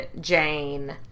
Jane